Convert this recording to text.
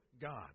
God